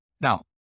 now